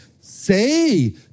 say